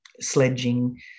sledging